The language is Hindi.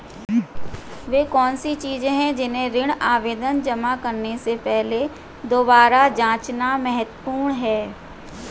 वे कौन सी चीजें हैं जिन्हें ऋण आवेदन जमा करने से पहले दोबारा जांचना महत्वपूर्ण है?